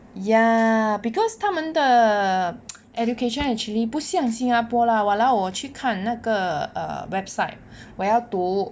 ya because 他们的 education actually 不像新加坡 lah !walao! 我去看那个 err website 我要读